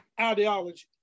ideology